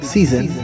Season